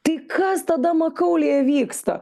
tai kas tada makaulėje vyksta